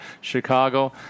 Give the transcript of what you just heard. Chicago